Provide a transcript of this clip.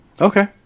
Okay